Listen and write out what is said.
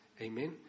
Amen